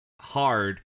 hard